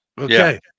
Okay